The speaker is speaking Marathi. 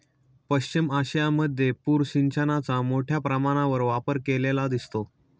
पश्चिम आशियामध्ये पूर सिंचनाचा मोठ्या प्रमाणावर वापर केलेला दिसतो